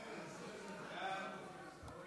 ההצעה להעביר